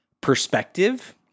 perspective